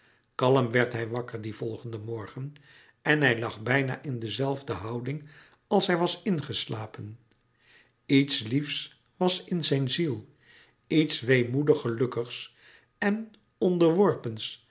kalm werd hij wakker dien volgenden morgen en hij lag bijna in de zelfde houding als hij was ingeslapen iets liefs was in zijn ziel iets weemoedig gelukkigs en onderworpens